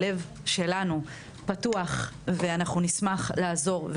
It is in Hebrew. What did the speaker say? הלב שלנו פתוח ונשמח לעזור,